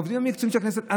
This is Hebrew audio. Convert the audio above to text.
העובדים המקצועיים של הכנסת?